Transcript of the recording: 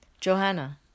Johanna